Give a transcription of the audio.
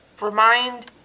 Remind